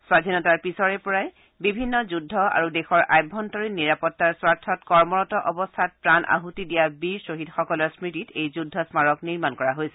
স্বাধীনতাৰ পিছৰে পৰা বিভিন্ন যুদ্ধ আৰু দেশৰ আভ্যন্তৰীণ নিৰাপত্তাৰ স্বাৰ্থত কৰ্মৰত অৱস্থাত প্ৰাণ আহুতি দিয়া বীৰ স্বহীদসকলৰ স্মৃতিত এই যুদ্ধ স্মাৰক নিৰ্মাণ কৰা হৈছিল